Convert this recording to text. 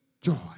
joy